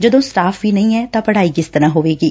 ਜਦੋਂ ਸਟਾਫ਼ ਵੀ ਨਹੀਂ ਐ ਤਾਂ ਪੜ੍ਹਾਈ ਕਿਸ ਤਰੁਾਂ ਹੋਵੇਗੀ